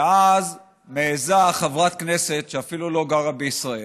ואז מעיזה חברת כנסת שאפילו לא גרה בישראל,